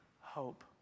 hope